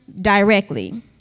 directly